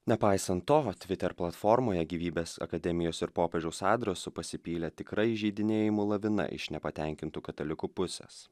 nepaisant to twitter platformoje gyvybės akademijos ir popiežiaus adresu pasipylė tikra įžeidinėjimų lavina iš nepatenkintų katalikų pusės